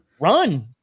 run